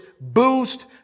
boost